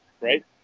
Right